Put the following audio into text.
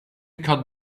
cut